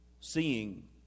seeing